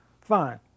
Fine